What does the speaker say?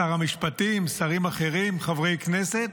שר המשפטים, שרים אחרים, חברי כנסת,